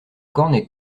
cornet